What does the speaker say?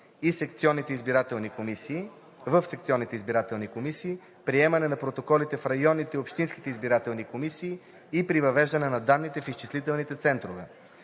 изготвяне на протоколите в секционните избирателни комисии, приемане на протоколите в районните и общинските избирателни комисии и при въвеждане на данните в изчислителни центрове.